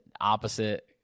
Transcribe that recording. opposite